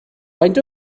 faint